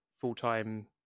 full-time